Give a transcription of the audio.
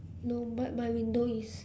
no but my window is